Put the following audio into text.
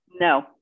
No